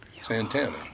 Santana